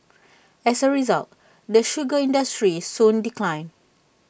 as A result the sugar industry soon declined